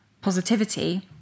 positivity